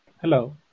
Hello